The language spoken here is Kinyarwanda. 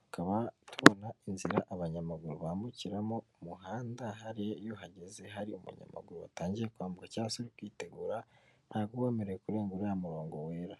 tukaba tubona inzira abanyamaguru bambukiramo umuhanda . Hariya iyo uhageze hari umunyamaguru watangiye kwambuka cyangws se kwitegura ntago wemerewe kurenga uriya murongo wera.